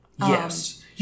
Yes